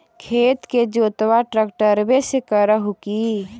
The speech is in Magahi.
खेत के जोतबा ट्रकटर्बे से कर हू की?